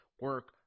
Work